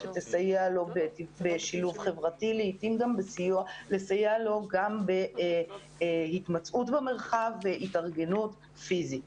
שתסייע בשילוב חברתי ולעיתים לסייע לו בהתמצאות במרחב ובהתארגנות פיזית.